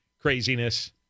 Craziness